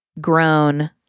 grown